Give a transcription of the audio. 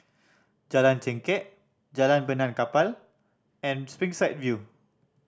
Jalan Chengkek Jalan Benaan Kapal and Springside View